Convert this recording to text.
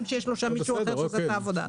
כשיש לו שם מישהו אחר שעושה את העבודה.